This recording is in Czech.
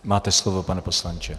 Máte slovo, pane poslanče.